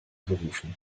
gerufen